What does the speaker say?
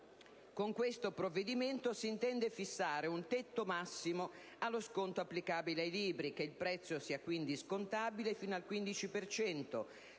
con questo provvedimento si intende fissare un tetto massimo allo sconto applicabile ai libri: che il prezzo sia quindi scontabile fino al 15